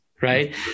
right